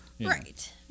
Right